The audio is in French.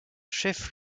chef